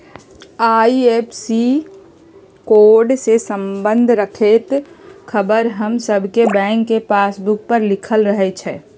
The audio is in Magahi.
आई.एफ.एस.सी कोड से संबंध रखैत ख़बर हमर सभके बैंक के पासबुक पर लिखल रहै छइ